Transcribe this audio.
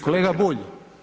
Kolega Bulj!